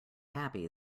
happy